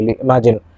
Imagine